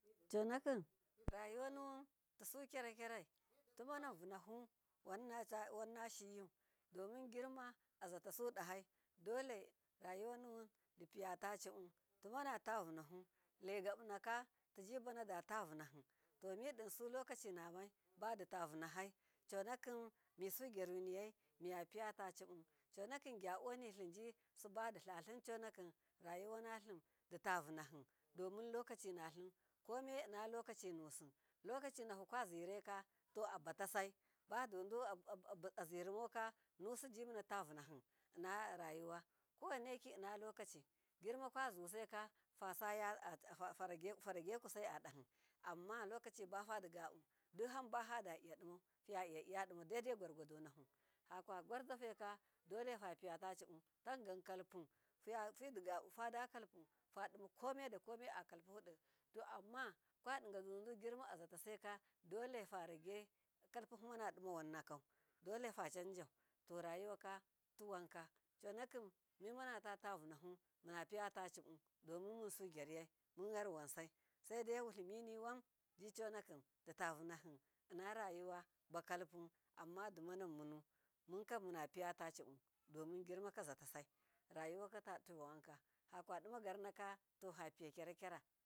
Conakim rayuwanuwun tisu gyaragyarai timanan vunahu wannashiyiyu, domin gima azatasu dahai dole rayuwanuwun dipiyata cibu timanatavunahu laigabunaka timabanata vu nahi tomidinsulokacinamai baditavunahai, conaki misu gyaruniyai miyapitacibu gyaboni tlinji sibaditlatlin conakim rayuwanatlim ditavunahi, domin lokacinatlin kome innaco kacinusu loka cinafu kwazireka to abuta sai adudunusu azirimauka, nusujimunatavu nahi innarayuwa kowoineki inna lokoci girmakwazusaika faya fara gehusai adahi, amma lokaci bafadigabu duhanba fodaiya dimau fadima daidaigwargwadonahu fakwagwar zafaika dohefapiya tacibutangan kalpu, fidigubu fadima komedukome akalpudo, to amma kwadiya dudugirma azuta saika dolefarage kalpumana dima wannakau, dole focancau rayuwaka tiwanka conakim mimanatatavunahu miya piyatacibu domin munsu giryai munyarwan sai, saidai wutliminiwun ditavunahi inna rayuwa bakalpu amma diman munu munkam munapitacibu, domin girmaka azatasai rayuwa katativawanka fakadima garnaka fapiya gya ragyara.